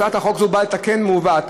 הצעת החוק הזאת באה לתקן מעוות,